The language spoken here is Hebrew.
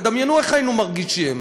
תדמיינו איך היינו מרגישים.